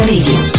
Radio